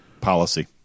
Policy